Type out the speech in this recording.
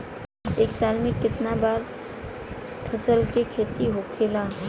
एक साल में कितना बार फसल के खेती होखेला?